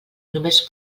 només